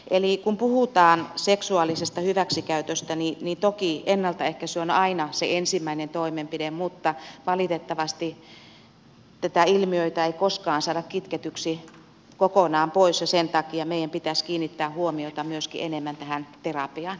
eli kun puhutaan seksuaalisesta hyväksikäytöstä niin toki ennaltaehkäisy on aina se ensimmäinen toimenpide mutta valitettavasti tätä ilmiötä ei koskaan saada kitketyksi kokonaan pois ja sen takia meidän pitäisi kiinnittää huomiota myöskin enemmän tähän terapiaan